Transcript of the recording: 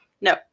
No